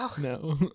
No